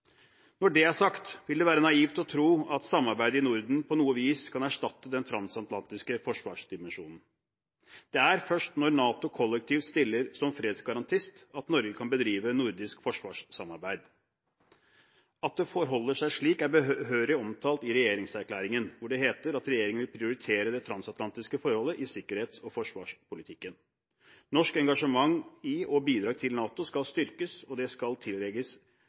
Når det er sagt, vil det være naivt å tro at samarbeidet i Norden på noe vis kan erstatte den transatlantiske forsvarsdimensjonen. Det er først når NATO kollektivt stiller som fredsgarantist at Norge kan bedrive nordisk forsvarssamarbeid. At det forholder seg slik, er behørig omtalt i regjeringserklæringen, hvor det heter: «Regjeringen vil prioritere det transatlantiske forholdet i sikkerhets- og forsvarspolitikken. Norsk engasjement i og bidrag til NATO skal styrkes og det skal